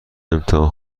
امتحان